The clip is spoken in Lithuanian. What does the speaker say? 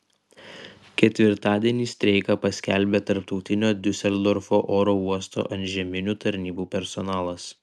ketvirtadienį streiką paskelbė tarptautinio diuseldorfo oro uosto antžeminių tarnybų personalas